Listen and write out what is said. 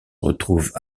retrouvent